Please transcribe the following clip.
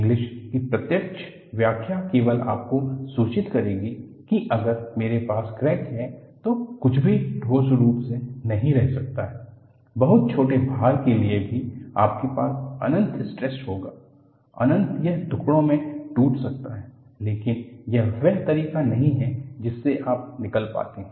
English की प्रत्यक्ष व्याख्या केवल आपको सूचित करेगी कि अगर मेरे पास क्रैक है तो कुछ भी ठोस रूप में नहीं रह सकता है बहुत छोटे भार के लिए भी आपके पास अनंत स्ट्रेस होगा अंततः यह टुकड़ों में टूट सकता है लेकिन यह वह तरीका नहीं है जिससे आप निकल पाते हैं